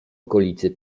okolicy